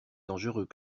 dangereux